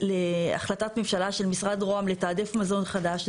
החלטת ממשלה של משרד רוה"מ לתעדף מזון חדש.